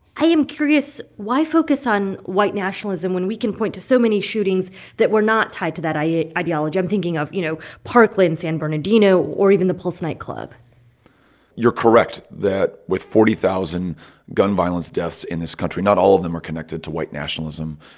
i am curious why focus on white nationalism when we can point to so many shootings that were not tied to that ah ideology? i'm thinking of, you know, parkland, san bernardino or even the pulse nightclub you're correct that with forty nine thousand gun violence deaths in this country, not all of them are connected to white nationalism,